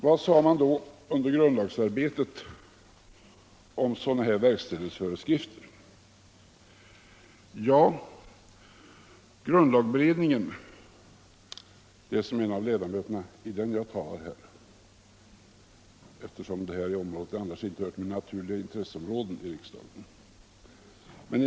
Vad sade man då under grundlagsarbetet om sådana här verkställighetsföreskrifter? Jag talar här som en av ledamöterna i grundlagberedningen, eftersom det här området annars inte hör till mina naturliga intresseområden i riksdagen.